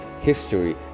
history